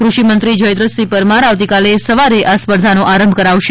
કૃષિમંત્રી જયદ્રથસિંહ પરમાર આવતીકાલે સવારે આ સ્પર્ધાનો આરંભ કરાવશે